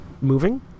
moving